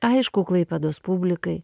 aišku klaipėdos publikai